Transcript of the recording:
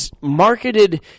marketed